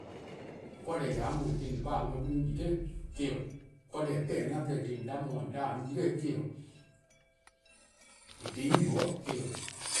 Deh :eh :ya 'de 'on :eh :korn-a dhih :on dhele-a 'on dih :eh-: 'o, deh :eh pehn-dih-a 'an :porluh-dih :eh :korn-a ;on 'da 'on :on 'da 'on yi-a 'noror' eh 'o, :eh :korn-a dhih 'on 'ye-a 'de eh 'o